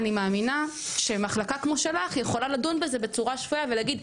אני מאמינה שמחלקה כמו שלך יכולה לדון בזה בצורה שפויה ולהגיד,